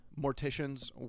morticians